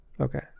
Okay